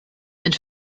and